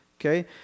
okay